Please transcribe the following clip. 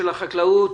של החקלאות,